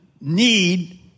need